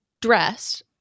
dressed